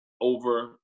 over